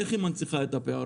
איך היא מנציחה את הפערים?